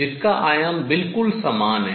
जिसका आयाम बिल्कुल समान है